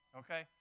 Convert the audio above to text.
okay